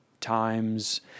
times